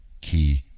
key